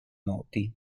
noti